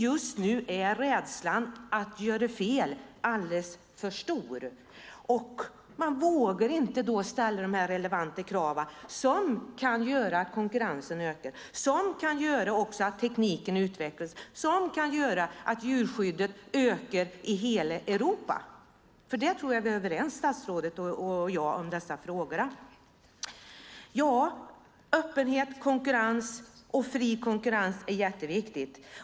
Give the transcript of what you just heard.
Just nu är rädslan att göra fel alldeles för stor. Man vågar inte ställa de relevanta kraven som kan göra att konkurrensen ökar, tekniken utvecklas, djurskyddet ökar i hela Europa. Jag tror att statsrådet och jag är överens i dessa frågor. Öppenhet, konkurrens och fri konkurrens är viktigt.